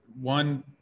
one